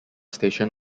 station